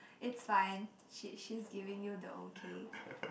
it's fine she she's giving you the okay